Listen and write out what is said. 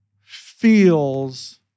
feels